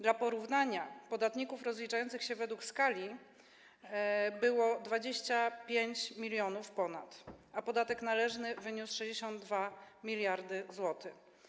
Dla porównania podatników rozliczających się według skali było ponad 25 mln, a podatek należny wyniósł 62 mld zł.